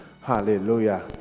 Hallelujah